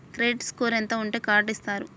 Credit score ఎంత ఉంటే card ఇస్తారు?